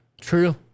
True